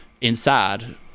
inside